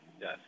yes